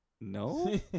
No